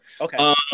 Okay